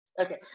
Okay